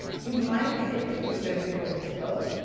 you might if it feels good, pick up the tempo.